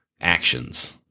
actions